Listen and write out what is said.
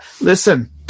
listen